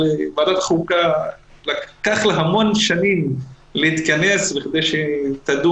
אבל לוועדת החוקה לקח המון שנים להתכנס כדי לדון.